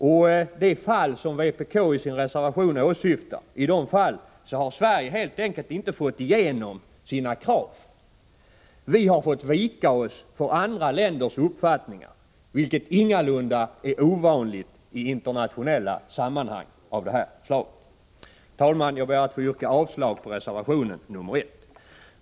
I de fall som vpk åsyftar i sin reservation har Sverige helt enkelt inte fått igenom sina krav. Vi har fått vika oss för andra länders uppfattningar, vilket ingalunda är ovanligt i internationella sammanhang av det här slaget. Herr talman! Jag ber att få yrka avslag på reservation nr 1.